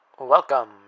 Welcome